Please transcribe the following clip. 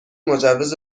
مجوز